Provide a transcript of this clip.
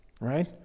right